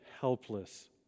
helpless